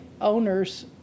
owners